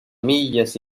millas